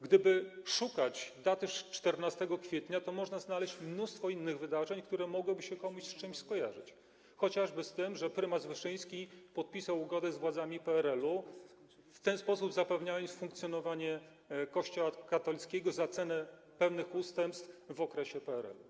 Gdyby szukać daty 14 kwietnia, to można znaleźć mnóstwo innych wydarzeń, które mogłyby komuś z czymś się skojarzyć, chociażby z tym, że prymas Wyszyński podpisał ugodę z władzami PRL-u, w ten sposób zapewniając funkcjonowanie Kościoła katolickiego za cenę pewnych ustępstw w okresie PRL-u.